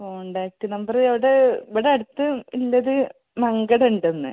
contact number അവിടെ ഇവിടെ അടുത്ത് ഉള്ളത് മങ്കട ഉണ്ട് ഒന്ന്